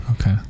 Okay